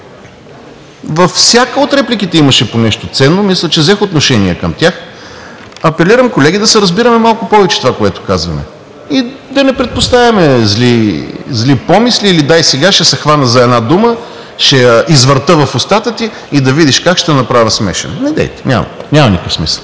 във всяка от репликите имаше по нещо ценно. Мисля, че взех отношение към тях. Апелирам, колеги, да се разбираме малко повече в това, което казваме, и да не предпоставяме зли помисли – дай сега ще се хвана за една дума, ще я извъртя в устата ти и ще видиш как ще те направя смешен. Недейте, няма никакъв смисъл!